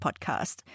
podcast